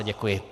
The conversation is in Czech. Děkuji.